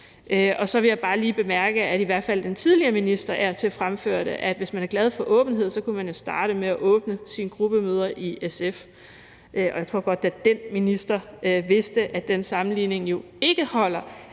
Så vil jeg bare lige bemærke, at i hvert fald den tidligere minister af og til fremførte, at hvis man er glad for åbenhed, kunne man jo starte med at åbne sine gruppemøder i SF. Jeg tror godt, at den minister vidste, at den sammenligning jo ikke holder,